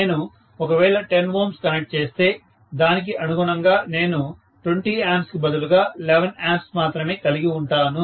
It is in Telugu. నేను ఒకవేళ 10 Ω కనెక్ట్ చేస్తే దానికి అనుగుణంగా నేను 20 A బదులుగా 11 A మాత్రమే కలిగి ఉంటాను